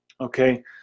Okay